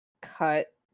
cut